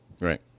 Right